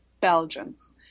Belgians